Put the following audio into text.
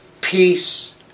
peace